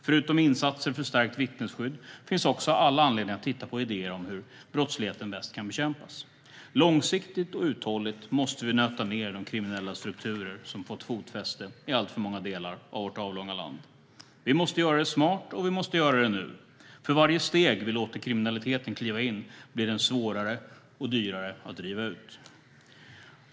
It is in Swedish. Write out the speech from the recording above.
Förutom insatser för stärkt vittnesskydd finns också all anledning att titta på idéer om hur brottsligheten bäst kan bekämpas. Långsiktigt och uthålligt måste vi nöta ned de kriminella strukturer som har fått fotfäste i alltför många delar av vårt avlånga land. Vi måste göra det smart, och vi måste göra det nu. För varje steg vi låter kriminaliteten kliva in blir den svårare och dyrare att driva ut.